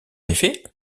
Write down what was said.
effet